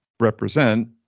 represent